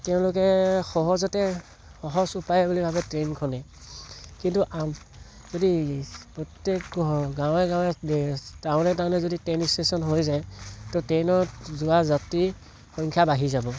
তেওঁলোকে সহজতে সহজ উপায় বুলি ভাবে ট্ৰেইনখনেই কিন্তু যদি প্ৰত্যেক গাঁৱে গাঁৱে টাউনে টাউনে যদি ট্ৰেইন ইষ্টেশ্যন হৈ যায় তহ ট্ৰেইনত যোৱা যাত্ৰীৰ সংখ্যা বাঢ়ি যাব